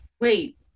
Wait